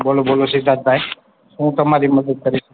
બોલો બોલો સિદ્ધાર્થભાઈ શું તમારી મદદ કરીશ